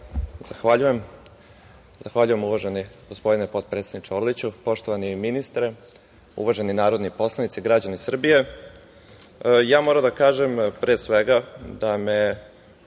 Zahvaljujem, uvaženi gospodine potpredsedniče Orliću. Poštovani ministre, uvaženi narodni poslanici, građani Srbije, ja moram da kažem, pre svega, da